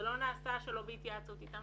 זה לא נעשה שלא בהתייעצות אתם.